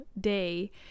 day